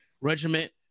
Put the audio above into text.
regiment